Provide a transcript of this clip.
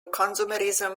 consumerism